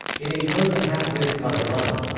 it encodes half-width katakana.